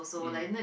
mm